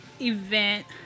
event